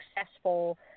successful